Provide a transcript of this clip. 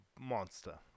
monster